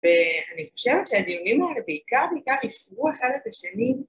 ‫ואני חושבת שהדיונים האלה, ‫בעיקר ובעיקר, היפרו אחד את השני.